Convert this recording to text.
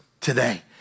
today